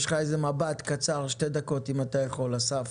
שתי דקות, אסף.